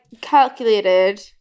calculated